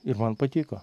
ir man patiko